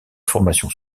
formation